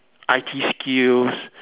I_T skills